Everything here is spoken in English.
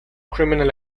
criminal